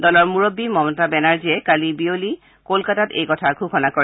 দলৰ মূৰববী মমতা বেনাৰ্জীয়ে কালি বিয়লি কলকাতাত এই কথা ঘোষণা কৰে